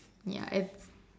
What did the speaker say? ya it's